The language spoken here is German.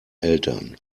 eltern